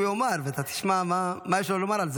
יאמר ואתה תשמע מה יש לו לומר על זה.